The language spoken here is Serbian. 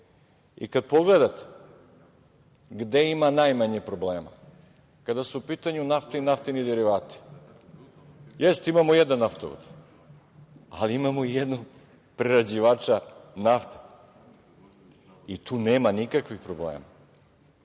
energija. Gde ima najmanje problema? Kada su u pitanju nafta i naftni derivati, jeste, imamo jedan naftovod, ali imamo i jednog prerađivača nafte i tu nema nikakvih problema.